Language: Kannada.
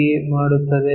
P ಗೆ ಮಾಡುತ್ತದೆ